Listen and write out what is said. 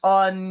on